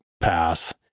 pass